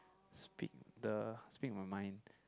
speak the speak my mind